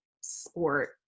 sport